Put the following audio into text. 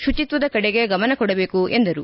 ಶುಚಿತ್ವದ ಕಡೆಗೆ ಗಮನಕೊಡಬೇಕು ಎಂದರು